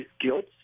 guilt